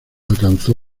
alcanzó